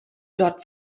dort